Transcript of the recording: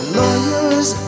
lawyers